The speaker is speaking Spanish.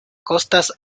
costas